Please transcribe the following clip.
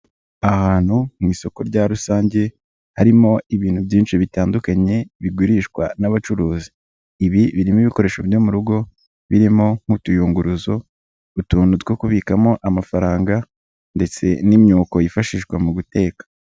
Ahantu mu isoko rya rusange, harimo ibintu byinshi bitandukanye, bigurishwa n'abacuruzi. Ibi birimo ibikoresho byo mu rugo, birimo nk'utuyunguruzo, utuntu two kubikamo amafaranga ndetse n'imyuko yifashishwa mu guteka.